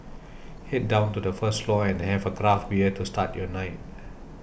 head down to the first floor and have a craft bear to start your night